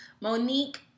Monique